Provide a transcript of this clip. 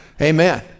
amen